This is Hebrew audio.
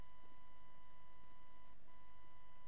אני